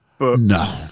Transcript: No